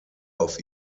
auf